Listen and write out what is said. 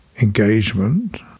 engagement